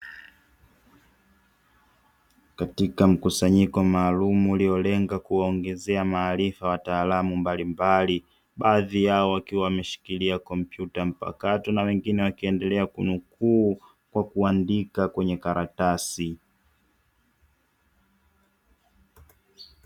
Katika mkusanyiko maalum uliolenga kuwaongezea maarifa wataalamu mbalimbali, baadhi yao wakiwa wameshikilia kompyuta mpakato na wengine wakiendelea kunukuu kwa kuandika kwenye karatasi.